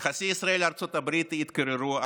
יחסי ישראל ארצות הברית יתקררו,